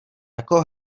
jako